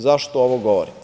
Zašto ovo govorim?